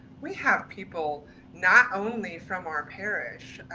we have people not only from our parish,